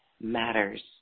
matters